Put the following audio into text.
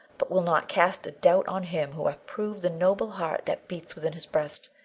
but will not cast a doubt on him who hath proved the noble heart that beats within his breast.